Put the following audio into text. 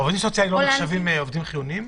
עובדים סוציאליים לא נחשבים עובדים חיוניים?